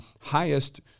highest